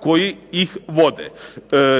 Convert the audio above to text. koji ih vode.